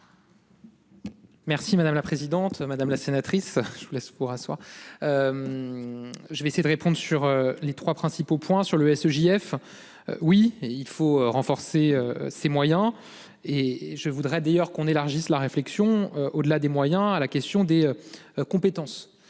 Merci madame la présidente, madame la sénatrice, je vous laisse pour asseoir. Je vais essayer de répondre sur les 3 principaux points sur le SE-. J-F. Oui et il faut renforcer ses moyens et je voudrais d'ailleurs qu'on élargisse la réflexion au-delà des moyens à la question des. Compétences,